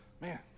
man